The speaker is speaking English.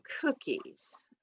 cookies